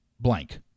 Blank